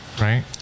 right